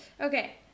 Okay